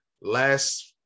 last